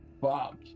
Fuck